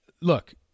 look